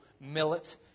millet